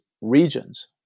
regions